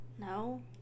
No